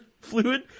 fluid